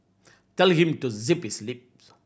tell him to zip his lips